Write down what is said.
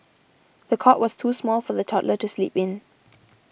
the cot was too small for the toddler to sleep in